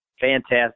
Fantastic